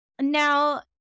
Now